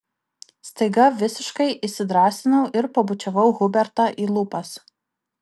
staiga visiškai įsidrąsinau ir pabučiavau hubertą į lūpas